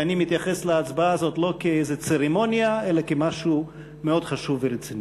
ואני מתייחס להצבעה הזאת לא כאיזה צרמוניה אלא כמשהו מאוד חשוב ורציני.